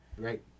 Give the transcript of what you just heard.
Right